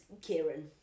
Kieran